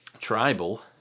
tribal